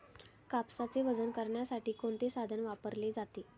कापसाचे वजन करण्यासाठी कोणते साधन वापरले जाते?